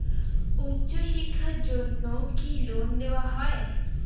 উচ্চশিক্ষার জন্য কি লোন দেওয়া হয়?